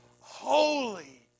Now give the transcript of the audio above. Holy